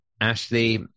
Ashley